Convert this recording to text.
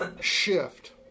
shift